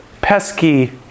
pesky